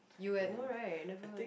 you eh no right never